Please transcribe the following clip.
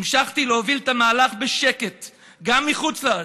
המשכתי להוביל את המהלך בשקט גם מחוץ-לארץ.